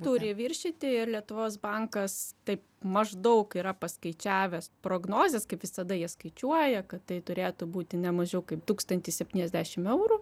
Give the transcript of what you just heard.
turi viršyti ir lietuvos bankas taip maždaug yra paskaičiavęs prognozes kaip visada jie skaičiuoja kad tai turėtų būti ne mažiau kaip tūkstantis septyniasdešim eurų